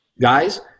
guys